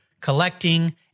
collecting